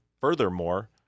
Furthermore